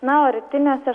na o rytiniuose